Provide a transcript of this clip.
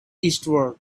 eastward